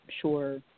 sure